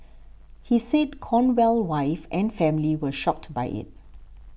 he said Cornell wife and family were shocked by it